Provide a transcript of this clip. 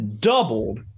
doubled